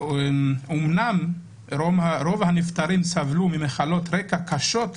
אמנם רוב הנפטרים סבלו ממחלות רקע קשות,